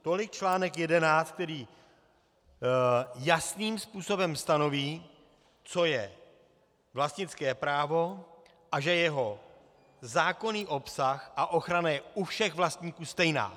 Tolik článek 11, který jasným způsobem stanoví, co je vlastnické právo a že jeho zákonný obsah a ochrana je u všech vlastníků stejná.